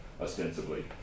ostensibly